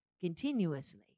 continuously